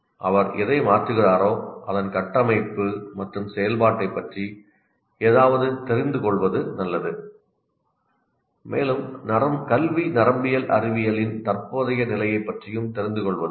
அவர் எதை மாற்றுகிறாரோ அதன் கட்டமைப்பு மற்றும் செயல்பாட்டைப் பற்றி ஏதாவது தெரிந்துகொள்வது நல்லது மேலும் கல்வி நரம்பியல் அறிவியலின் தற்போதைய நிலையைப் பற்றியும் தெரிந்துகொள்வது நல்லது